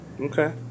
okay